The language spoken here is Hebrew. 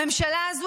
הממשלה הזאת,